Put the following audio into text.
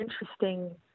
interesting